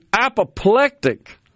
apoplectic